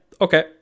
okay